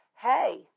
hey